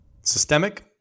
Systemic